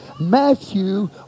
Matthew